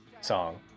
song